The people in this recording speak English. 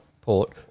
Port